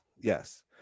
Yes